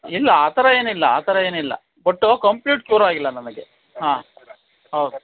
ಇಲ್ಲ ಆ ಥರ ಏನಿಲ್ಲ ಆ ಥರ ಏನಿಲ್ಲ ಒಟ್ಟು ಕಂಪ್ಲೀಟ್ ಕ್ಯೂರ್ ಆಗಿಲ್ಲ ನನಗೆ ಹಾಂ ಹೌದು